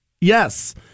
Yes